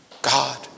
God